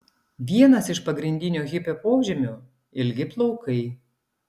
vienas iš pagrindinių hipio požymių ilgi plaukai